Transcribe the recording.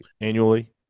annually